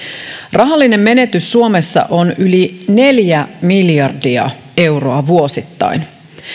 rahallinen menetys suomessa on yli neljä miljardia euroa vuosittain